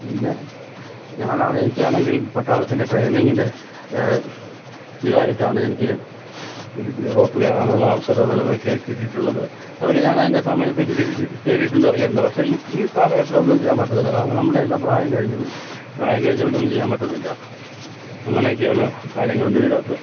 പിന്നെ ഞാനാണ് എനിക്കാണെങ്കിൽ പട്ടാളത്തിന്റെ ട്രെയിനിങ്ങിന്റെ ഇതായിട്ടാണ് എനിക്ക് ഇത് റോപ്പ് കയറാനുള്ള അവസരങ്ങളുമൊക്കെ കിട്ടിയിട്ടുള്ളത് അതൊക്കെ ഞാനതിന്റെ സമയത്ത് കയറിയിട്ടുണ്ട് ഇറണ്ടിയിട്ടുണ്ട് പക്ഷേ ഈ ഈ കാലഘട്ടത്തിലൊന്നും ചെയ്യാൻ പറ്റില്ല കാരണം നമ്മുടെ എല്ലാം പ്രായം കഴിഞ്ഞുപോയി പ്രായം കഴിഞ്ഞാല് പിന്നെ ഒന്നും ചെയ്യാൻ പറ്റത്തില്ല അങ്ങനെയൊക്കെയുള്ള കാര്യങ്ങളുണ്ട് ഇതിന്റകത്ത്